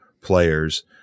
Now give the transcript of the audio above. players